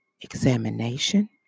examination